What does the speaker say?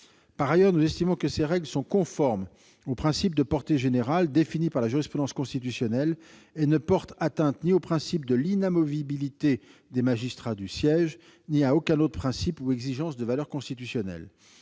Par ailleurs, nous estimons que ces règles sont conformes aux principes de portée générale définis par la jurisprudence constitutionnelle, et ne portent atteinte ni au principe de l'inamovibilité des magistrats du siège ni à aucun autre principe ou exigence de valeur constitutionnelle.